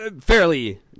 fairly